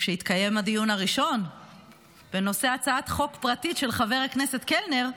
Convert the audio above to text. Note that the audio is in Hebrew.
כשהתקיים הדיון הראשון בנושא הצעת חוק פרטית של חבר הכנסת קלנר,